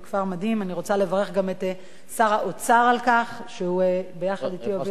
אני רוצה לברך גם את שר האוצר על כך שהוא ביחד אתי הוביל את העניין הזה.